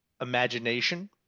imagination